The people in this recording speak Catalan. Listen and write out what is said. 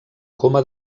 coma